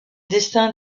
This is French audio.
destin